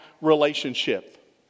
relationship